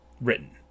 written